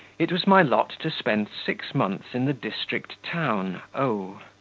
it was my lot to spend six months in the district town o.